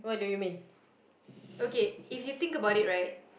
okay if you think about it right